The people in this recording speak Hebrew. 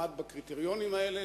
ועמד בקריטריונים האלה,